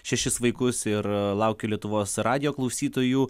šešis vaikus ir laukiu lietuvos radijo klausytojų